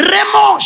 Remo